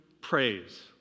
praise